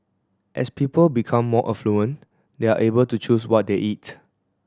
as people become more affluent they are able to choose what they eat